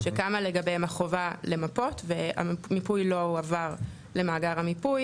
שקמה לגביהם החובה למפות והמיפוי לא הועבר למאגר המיפוי.